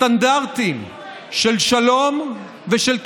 הסטנדרטים של שלום ושל קידמה,